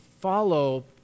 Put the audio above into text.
follow